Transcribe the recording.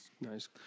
Nice